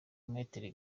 maitre